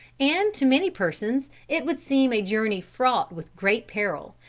and to many persons it would seem a journey fraught with great peril,